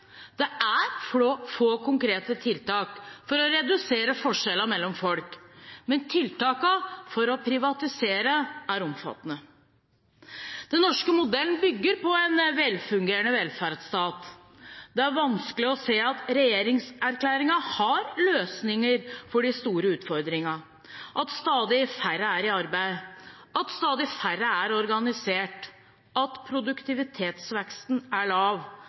svake, det er få konkrete tiltak for å redusere forskjellene mellom folk, men tiltakene for å privatisere er omfattende. Den norske modellen bygger på en velfungerende velferdsstat. Det er vanskelig å se at regjeringserklæringen har løsninger for de store utfordringene: at stadig færre er i arbeid, at stadig færre er organisert, at produktivitetsveksten er lav,